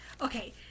Okay